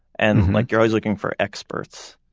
and like you're always looking for experts.